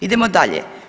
Idemo dalje.